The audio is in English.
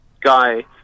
guy